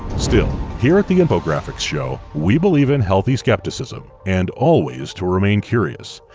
still, here at the infographics show we believe in healthy skepticism and always to remain curious,